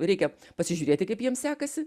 reikia pasižiūrėti kaip jiem sekasi